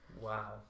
Wow